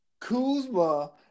Kuzma